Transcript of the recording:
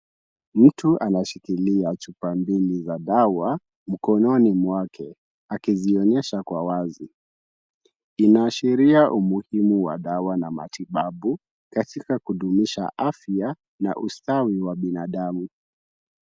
Mtu anashikilia chupa mbili za dawa mkononi mwake akizionyesha kwa wazi. Inaashiria umuhimu wa dawa na matibabu katika kudumisha afya na ustawi wa binadamu.